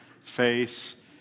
face